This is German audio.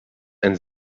ein